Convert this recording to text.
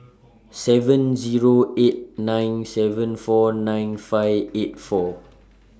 seven Zero eight nine seven four nine five eight four